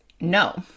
No